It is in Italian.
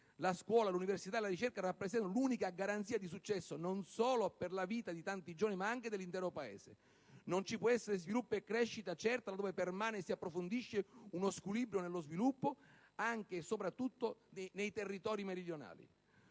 La scuola, l'università e la ricerca rappresentano l'unica garanzia di successo non solo per la vita di tanti giovani, ma anche dell'intero Paese. Non ci può essere sviluppo e crescita certa laddove permane e si approfondisce un squilibrio nello sviluppo anche e soprattutto nei territori meridionali.